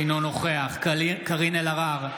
אינו נוכח קארין אלהרר,